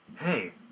Hey